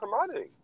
commodity